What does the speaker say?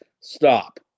Stop